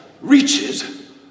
reaches